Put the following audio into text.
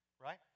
Right